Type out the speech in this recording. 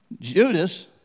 Judas